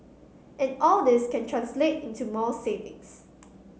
and all this can translate into more savings